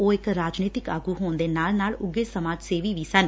ਉਹ ਇਕ ਰਾਜਨੀਤਕ ਆਗੂ ਹੋਣ ਦੇ ਨਾਲ ਨਾਲ ਊੱਘੇ ਸਮਾਜ ਸੇਵੀ ਵੀ ਸਨ